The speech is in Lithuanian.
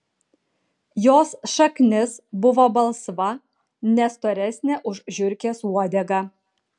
jos šaknis buvo balsva ne storesnė už žiurkės uodegą